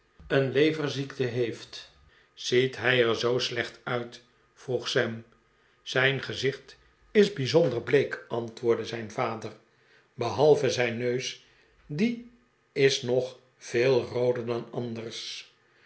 een leverziekte heeft ziet hij er zoo slecht uit vroeg sam zijn gezicht is bijzonder bleek antwoordde zijn vader behalve zijn neus die is nog veel rooder dan anders